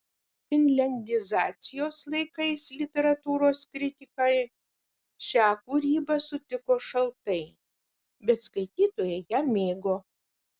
finliandizacijos laikais literatūros kritikai šią kūrybą sutiko šaltai bet skaitytojai ją mėgo